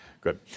Good